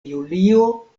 julio